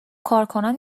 کارکنان